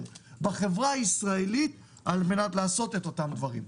בחברה הישראלית על מנת לעשות את אותם דברים.